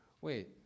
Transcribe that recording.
Wait